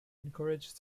encourage